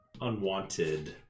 unwanted